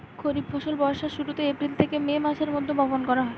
খরিফ ফসল বর্ষার শুরুতে, এপ্রিল থেকে মে মাসের মধ্যে বপন করা হয়